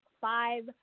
five